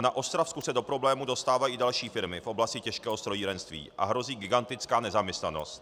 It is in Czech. Na Ostravsku se do problému dostávají i další firmy v oblasti těžkého strojírenství a hrozí gigantická nezaměstnanost.